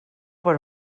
per